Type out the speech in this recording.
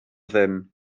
ddim